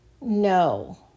no